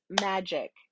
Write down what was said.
magic